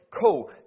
cool